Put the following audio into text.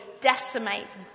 decimates